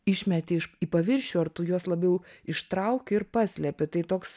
išmeti iš į paviršių ar tu juos labiau ištrauki ir paslepi tai toks